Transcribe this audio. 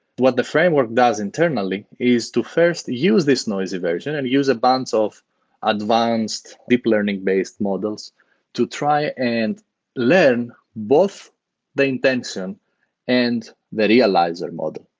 what the framework does internally is to first use this noisy version and use a bunch of advanced deep learning-based models to try and learn both the intention and the realizer model.